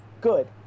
good